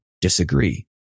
disagree